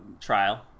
trial